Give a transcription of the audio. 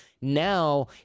Now